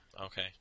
Okay